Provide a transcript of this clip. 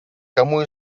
кому